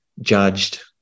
judged